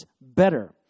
better